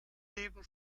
leben